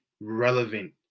relevant